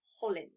Holland